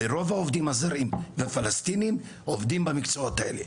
רוב העובדים הזרים והפלסטינאים עובדים במקצועות האלו.